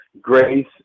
grace